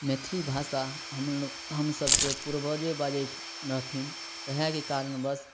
मैथिली भाषा हमलो हमसबके पूर्वजे बाजै रहथिन वएहेके कारणवश